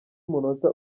umunota